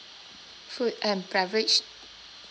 food and beverage